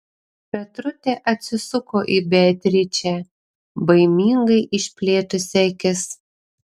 petrutė atsisuko į beatričę baimingai išplėtusi akis